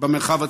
במרחב הציבורי.